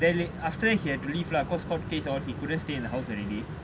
they like after that he had to leave lah because court case all that he couldn't stay in the house already